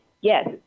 yes